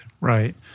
Right